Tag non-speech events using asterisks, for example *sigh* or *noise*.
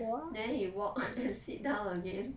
then he walk *laughs* and sit down again